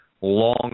long